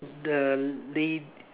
the la~